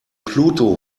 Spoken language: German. pluto